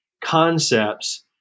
concepts